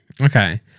okay